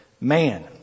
man